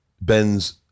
Ben's